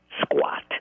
squat